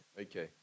Okay